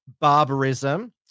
barbarism